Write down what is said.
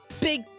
big